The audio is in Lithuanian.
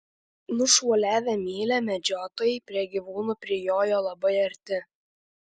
nušuoliavę mylią medžiotojai prie gyvūnų prijojo labai arti